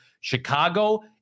Chicago